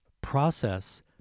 Process